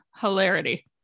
hilarity